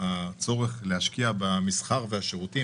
הצורך להשקיע במסחר ושירותים,